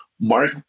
Mark